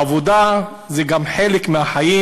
העבודה זה גם חלק מהחיים.